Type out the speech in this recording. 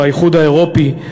באיחוד האירופי,